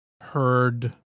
heard